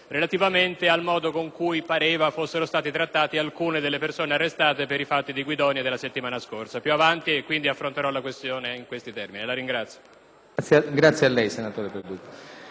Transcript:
ordine al modo con cui pareva fossero state trattate alcune delle persone arrestate per i fatti di Guidonia della settimana scorsa. A fine seduta affronterò la questione in questi termini. **Discussione